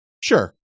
Sure